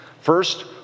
First